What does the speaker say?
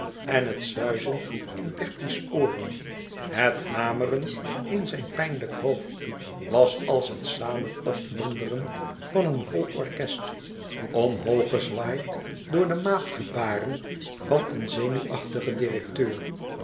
en het suizen in bertie's ooren het hameren in zijn pijnlijk hoofd was als het samen opdonderen van een vol orkest omhooggezwaaid door de maatgebaren van een zenuwachtigen directeur